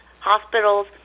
hospitals